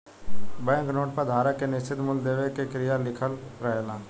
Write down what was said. bank note पर धारक के निश्चित मूल देवे के क्रिया लिखल रहेला